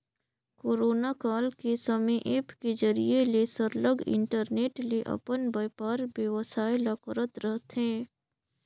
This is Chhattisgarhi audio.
कोरोना काल के समे ऐप के जरिए ले सरलग इंटरनेट ले अपन बयपार बेवसाय ल करत रहथें